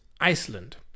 Iceland